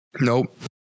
Nope